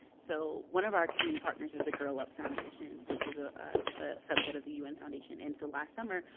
so one of our community partners is the girl up foundation, which is a ah ah subset of the un foundation, and so last summer,